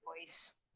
voice